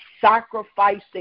sacrificing